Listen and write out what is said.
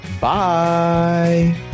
Bye